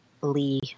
Lee